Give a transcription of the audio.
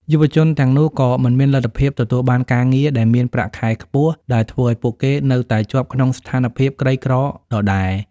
យុវជនទាំងនោះក៏មិនមានលទ្ធភាពទទួលបានការងារដែលមានប្រាក់ខែខ្ពស់ ដែលធ្វើឱ្យពួកគេនៅតែជាប់ក្នុងស្ថានភាពក្រីក្រដដែល។